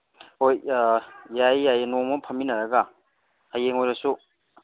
ꯍꯣꯏ ꯌꯥꯏꯌꯦ ꯌꯥꯏꯌꯦ ꯅꯣꯡꯃ ꯑꯃ ꯐꯝꯃꯤꯟꯅꯔꯒ ꯍꯌꯦꯡ ꯑꯣꯏꯔꯁꯨ